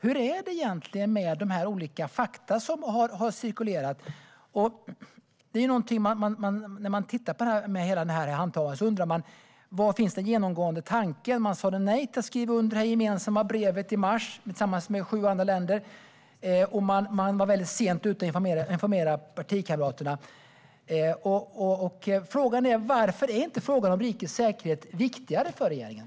Hur är det egentligen med de olika fakta som har cirkulerat? När jag tittar på hela det här handhavandet undrar jag: Var finns den genomgående tanken? Man sa nej till att skriva under det gemensamma brevet i mars, tillsammans med sju andra länder. Man var också väldigt sent ute med att informera partikamraterna. Varför är inte frågan om rikets säkerhet viktigare för regeringen?